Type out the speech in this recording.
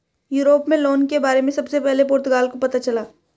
Europe में loan के बारे में सबसे पहले पुर्तगाल को पता चला